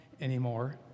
anymore